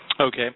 Okay